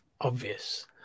obvious